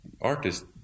artists